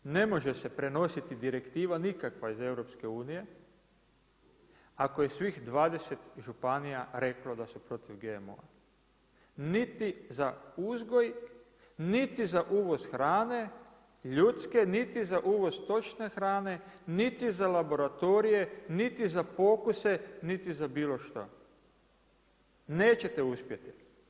Ne može se prenositi direktiva, nikakva iz EU ako je svih 20 županija reklo da su protiv GMO-a niti za uzgoj, niti za uvoz hrane ljudske, niti za uvoz stočne hrane, niti za laboratorije, niti za pokuse, niti za bilo što nećete uspjeti.